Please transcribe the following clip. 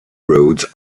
roads